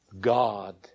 God